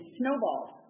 snowballs